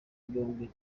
byombi